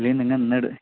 അല്ലെ നിങ്ങൾ ഇന്നെട്